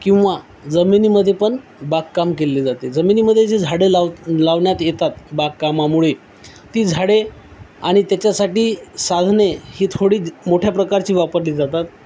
किंवा जमिनीमध्येपण बागकाम केले जाते जमिनीमध्ये जे झाडे लाव लावण्यात येतात बागकामामुळे ती झाडे आणि त्याच्यासाठी साधने ही थोडी मोठ्या प्रकारची वापरली जातात